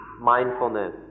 mindfulness